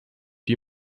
die